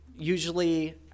Usually